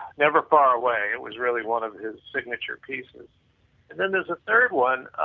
never far away, it was really one of his signature pieces and then there is a third one,